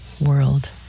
world